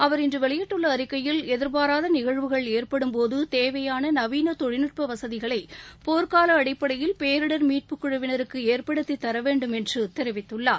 அவர் இன்று வெளியிட்டுள்ள அறிக்கையில் எதிர்பாராத நிகழ்வுகள் ஏற்படும் போது தேவையான நவீன தொழில்நட்ப வசதிகளை போர்க்கால அடிப்படையில் பேரிடர் மீட்புக்குழுவினருக்கு ஏற்படுத்தித்தர வேண்டும் என்று தெரிவித்துள்ளார்